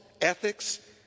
ethics